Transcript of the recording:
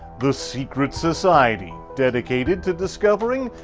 the secret society dedicated to discovering,